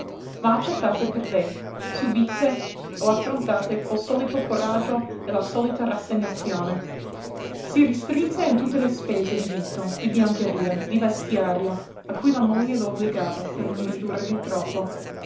ma accettate per lei subite o affrontate col solito coraggio e la solita rassegnazione si restrinse in tutte le spese di vitto di biancheria di vestiario a cui la moglie lo obbligava per non ridurre di troppo